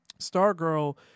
Stargirl